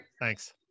Thanks